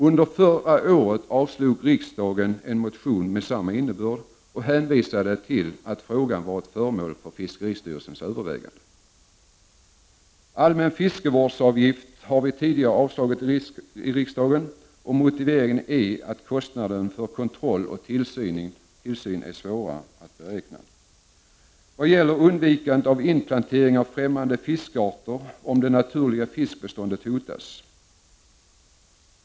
Under förra året avslog riksdagen en motion av samma innebörd, och man hänvisade till att frågan varit föremål för fiskeristyrelsens överväganden. Förslag om en allmän fiskevårdsavgift har vi tidigare avslagit i riksdagen. Motiveringen är att kostnaderna för kontroll och tillsyn är svåra att beräkna. Sedan till frågan om undvikande av inplantering av främmande fiskarter om det naturliga fiskbeståndet hotas.